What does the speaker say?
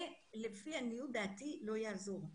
זה לפי עניות דעתי לא יעזור.